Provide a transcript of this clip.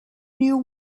new